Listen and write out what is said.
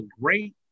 great